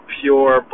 pure